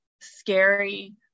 scary